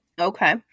Okay